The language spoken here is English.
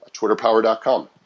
twitterpower.com